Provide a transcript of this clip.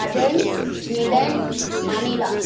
Athens Milan Manila